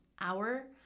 hour